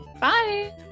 bye